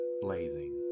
blazing